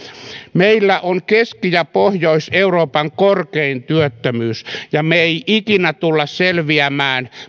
meillä on keski ja pohjois euroopan korkein työttömyys ja me emme ikinä tule selviämään